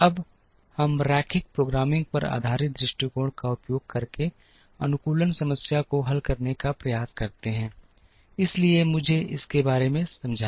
अब हम रैखिक प्रोग्रामिंग पर आधारित दृष्टिकोण का उपयोग करके अनुकूलन समस्या को हल करने का प्रयास करते हैं इसलिए मुझे इसके बारे में समझाएं